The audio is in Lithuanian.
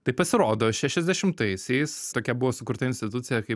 tai pasirodo šešiasdešimtaisiais tokia buvo sukurta institucija kaip